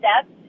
step